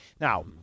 Now